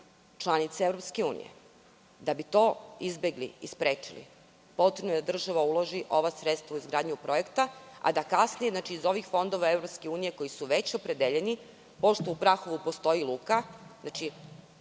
članice EU.Da bi to izbegli i sprečili, potrebno je da država uloži ova sredstva u izgradnju projekta, a da kasnije, iz ovih fondova EU koji su već opredeljeni, pošto u Prahovu postoji luka, a